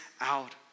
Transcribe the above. out